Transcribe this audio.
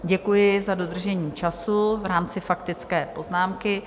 Děkuji za dodržení času v rámci faktické poznámky.